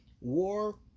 War